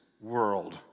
world